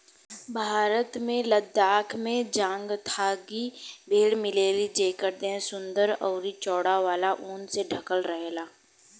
भारत के लद्दाख में चांगथांगी भेड़ मिलेली जेकर देह सुंदर अउरी चौड़ा वाला ऊन से ढकल रहेला